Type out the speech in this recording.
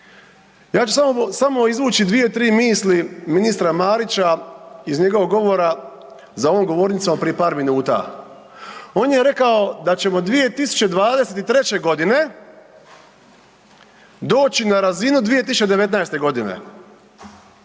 Ja ću samo izvući dvije, tri misli ministra Marića iz njegovog govora za ovom govornicom prije par minuta. On je rekao da ćemo 2023. g. doći na razinu 2019. godine.